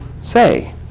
say